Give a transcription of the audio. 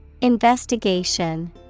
Investigation